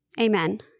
Amen